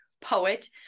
poet